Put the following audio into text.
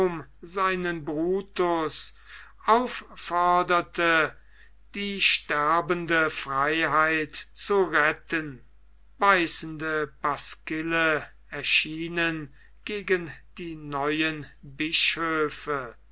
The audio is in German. seinen brutus aufforderte die sterbende freiheit zu retten beißende pasquille erschienen gegen die neuen bischöfe